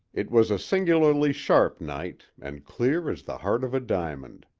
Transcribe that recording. it was a singularly sharp night, and clear as the heart of a diamond.